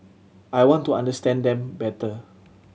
I want to understand them better